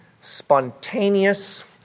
spontaneous